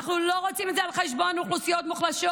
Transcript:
אנחנו לא רוצים את זה על חשבון אוכלוסיות מוחלשות,